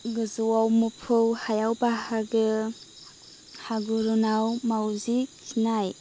गोजौआव मोफौ हायाव बाहागो हा गुरुङाव माउजि खिनाय